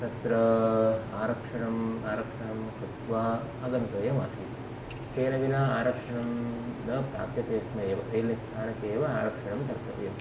तत्र आरक्षणम् आरक्षणं कृत्वा आगन्तव्यम् आसीत् तेन विना आरक्षणं न प्राप्यते स्म एव रैलनिस्थानके एव आरक्षणं कर्तव्यम्